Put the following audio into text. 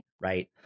right